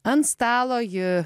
ant stalo ji